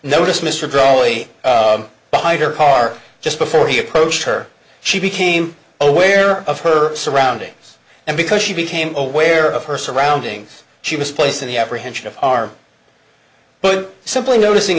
noticed mr croy behind her car just before he approached her she became aware of her surroundings and because she became aware of her surroundings she was placed in the apprehension of our simply noticing